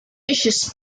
issues